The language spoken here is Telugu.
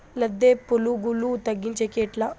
లద్దె పులుగులు తగ్గించేకి ఎట్లా?